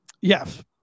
Yes